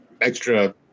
extra